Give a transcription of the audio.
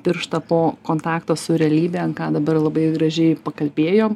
pirštą po kontakto su realybe ant ką dabar labai gražiai pakalbėjom